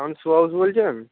আপনি সুভাষ বলছেন